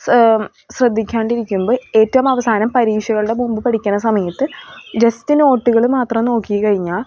ശ്രദ്ധിക്കാണ്ടിരിക്കുമ്പോൾ ഏറ്റവും അവസാനം പരീക്ഷകളുടെ മുൻപ് പഠിക്കുന്ന സമയത്ത് ജസ്റ്റ് നോട്ടുകൾ മാത്രം നോക്കിക്കഴിഞ്ഞാൽ